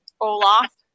Olaf